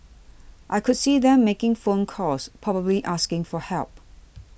I could see them making phone calls probably asking for help